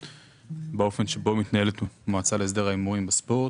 באופן שבו מתנהלת המועצה להסדר ההימורים בספורט.